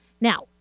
Now